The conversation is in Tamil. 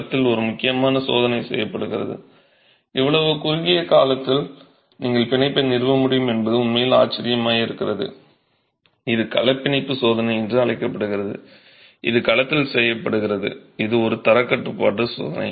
களத்தில் ஒரு முக்கியமான சோதனை செய்யப்படுகிறது இவ்வளவு குறுகிய காலத்தில் நீங்கள் பிணைப்பை நிறுவ முடியும் என்பது உண்மையில் ஆச்சரியமாக இருக்கிறது இது கள பிணைப்பு சோதனை என்று அழைக்கப்படுகிறது இது களத்தில் செய்யப்படுகிறது இது ஒரு தரக் கட்டுப்பாட்டு சோதனை